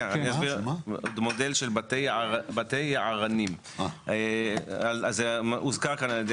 המודל של בתי היערנים הוזכר כאן על ידי